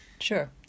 sure